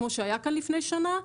כמו שהיה כאן לפני שנה,